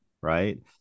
right